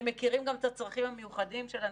הם מכירים גם את הצרכים המיוחדים של אנשים,